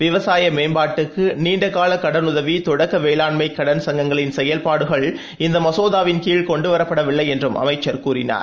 விவசாய மேம்பாட்டுக்கு நீண்ட கால கடனுதவி தொடக்க வேளாண்மை கடன் சங்கங்களின் செயல்பாடுகள் இந்த மசோதாவின் கீழ் கொண்டு வரப்படவில்லை என்றும் அமைச்சர் கூறினார்